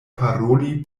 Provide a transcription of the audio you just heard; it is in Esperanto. paroli